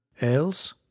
Else